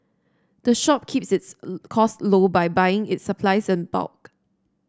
the shop keeps its cost low by buying its supplies in bulk